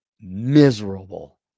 miserable